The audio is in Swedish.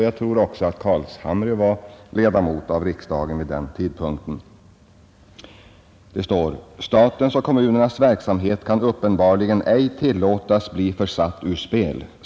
Jag tror också att herr Carlshamre var ledamot av riksdagen vid den tidpunkten. I propositionen står det: ”Statens och kommunernas verksamhet kan uppenbarligen ej tillåtas bli försatt ur spel.